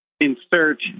insert